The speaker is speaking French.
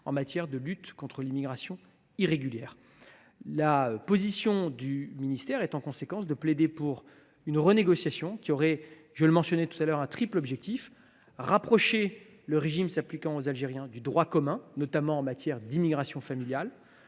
le champ de la lutte contre l’immigration irrégulière. La position du ministère est en conséquence de plaider pour une renégociation qui aurait, je le disais tout à l’heure, un triple objectif : rapprocher le régime s’appliquant aux Algériens du droit commun, notamment en matière d’immigration familiale